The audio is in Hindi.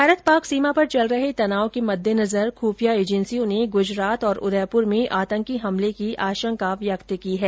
भारत पाक सीमा पर चल रहे तनाव के मद्देनजर खूफिया एजेंसियों ने गुजरात और उदयपुर में आतंकी हमले की आंशका व्यक्त की है